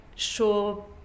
sure